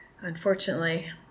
Unfortunately